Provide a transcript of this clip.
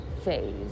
phase